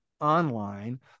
online